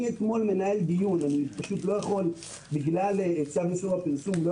אני אתמול מנהל דיון ובגלל צו איסור הפרסום אני לא